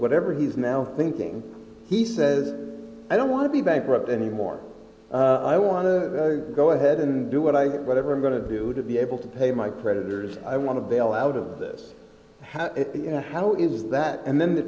whatever he's now thinking he says i don't want to be bankrupt anymore i want to go ahead and do what i think whatever i'm going to do to be able to pay my creditors i want to bail out of this hat how it was that and then the